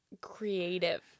creative